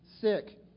sick